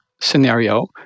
scenario